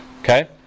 Okay